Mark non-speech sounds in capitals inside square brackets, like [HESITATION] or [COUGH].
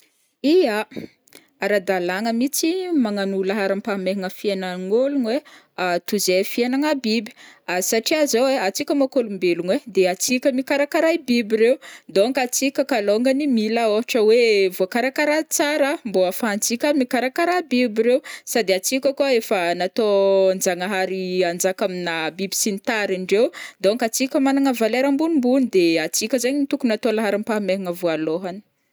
Ya ara-dàlagna mihitsy magnano ho laharam-pahamehagna fiainagn'ôlogno ai [HESITATION] toy izay fiainagna biby, [HESITATION] satria zao ai antsika mônko ôlombelogna ai, de atsika mikarakara i biby reo donc atsika kalôngany mila ohatra hoe voakarakara tsara mbô ahafahantsika mikarakara biby reo sady atsika koa efa nataon-jagnahary hanjaka amina biby sy ny tariny ndreo donc antsika managna valera ambonimbony de antsika zaign tokony atao laharam-pahamehagna voalohany.